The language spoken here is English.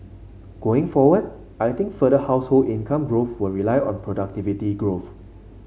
going forward I think further household income growth will rely on productivity growth